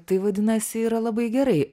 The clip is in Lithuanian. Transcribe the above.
tai vadinasi yra labai gerai